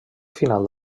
final